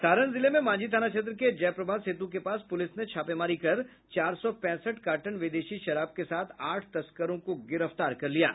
सारण जिले में मांझी थाना क्षेत्र के जयप्रभा सेतु के पास पुलिस ने छापेमारी कर चार सौ पैंसठ कार्टन विदेशी शराब के साथ आठ तस्करों को गिरफ्तार किया है